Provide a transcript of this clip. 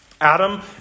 Adam